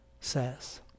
says